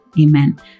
Amen